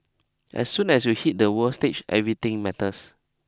as soon as you hit the world stage everything matters